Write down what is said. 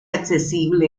accesible